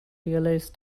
realize